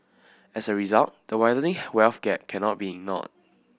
as a result the widening wealth gap cannot be ignored